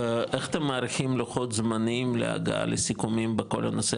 איך אתם מעריכים לוחות זמנים להגעה לסיכומים בכל הנושא